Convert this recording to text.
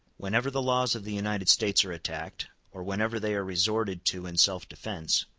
whenever the laws of the united states are attacked, or whenever they are resorted to in self-defence,